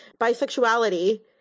bisexuality